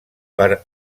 per